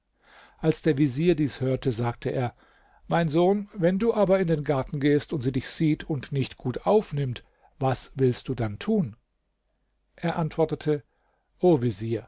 als der vezier dies hörte sagte er mein sohn wenn du aber in den garten gehst und sie dich sieht und nicht gut aufnimmt was willst du dann tun er antwortete o vezier